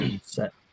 set